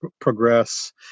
progress